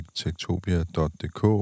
tektopia.dk